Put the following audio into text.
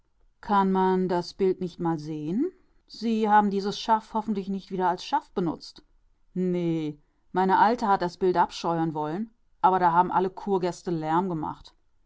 kann man das bild nicht mal sehn sie haben dieses schaff hoffentlich nicht wieder als schaff benutzt nee meine alte hat das bild abscheuern woll'n aber da haben alle kurgäste lärm gemacht